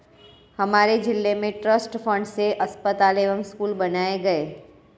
हमारे जिले में ट्रस्ट फंड से अस्पताल व स्कूल बनाए गए